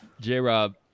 J-Rob